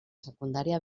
secundària